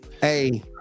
Hey